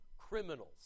Criminals